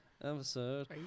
Episode